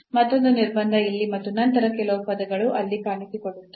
ಮತ್ತೊಂದು ನಿರ್ಬಂಧ ಇಲ್ಲಿ ಮತ್ತು ನಂತರ ಕೆಲವು ಪದಗಳು ಅಲ್ಲಿ ಕಾಣಿಸಿಕೊಳ್ಳುತ್ತವೆ